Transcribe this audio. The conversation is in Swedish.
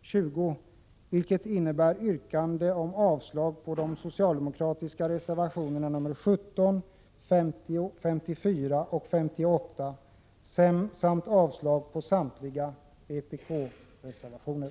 20 - vilket innebär att jag yrkar avslag på de socialdemokratiska reservationerna 17, 50, 54 och 58 samt på samtliga vpk-reservationer.